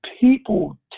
People